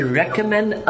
recommend